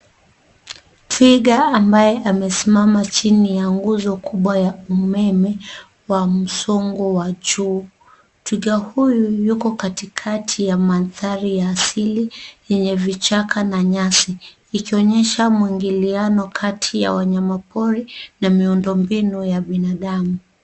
Twiga ambaye amesimama chini ya nguzo kubwa ya umeme wa msongo wa juu. Twiga huyu yuko katikati ya mandhari ya asili yenye vichaka na nyasi, ikionyesha mwingiliano kati ya wanyama pori na miundo mbinu ya binadamu.